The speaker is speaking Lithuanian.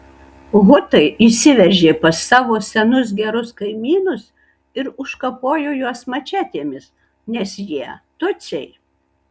hutai įsiveržė pas savo senus gerus kaimynus ir užkapojo juos mačetėmis nes jie tutsiai